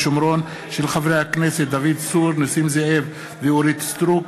בהצעת חברי הכנסת דוד צור, נסים זאב ואורית סטרוק